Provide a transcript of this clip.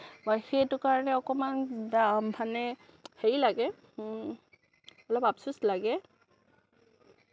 সেইটো কাৰণে অকণমান মানে হেৰি লাগে অলপ আফচোচ লাগে